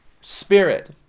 Spirit